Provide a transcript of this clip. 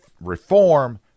reform